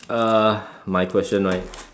uh my question right